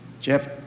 Jeff